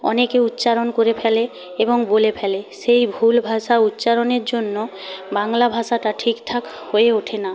অনেকে উচ্চারণ করে ফেলে এবং বলে ফেলে সেই ভুল ভাষা উচ্চারণের জন্য বাংলা ভাষাটা ঠিকঠাক হয়ে ওঠে না